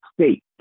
State